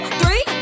three